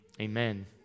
amen